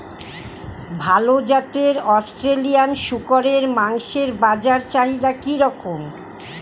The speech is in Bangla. ভাল জাতের অস্ট্রেলিয়ান শূকরের মাংসের বাজার চাহিদা কি রকম?